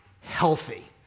healthy